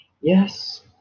Yes